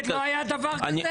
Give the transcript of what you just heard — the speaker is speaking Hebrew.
לא היה דבר כזה?